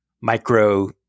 micro